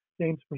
James